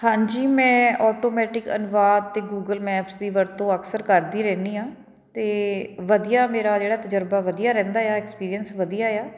ਹਾਂਜੀ ਮੈਂ ਆਟੋਮੈਟਿਕ ਅਨੁਵਾਦ ਅਤੇ ਗੂਗਲ ਮੈਪਸ ਦੀ ਵਰਤੋਂ ਅਕਸਰ ਕਰਦੀ ਰਹਿੰਦੀ ਹਾਂ ਅਤੇ ਵਧੀਆ ਮੇਰਾ ਜਿਹੜਾ ਤਜਰਬਾ ਵਧੀਆ ਰਹਿੰਦਾ ਆ ਐਕਸਪੀਰੀਅੰਸ ਵਧੀਆ ਆ